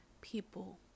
People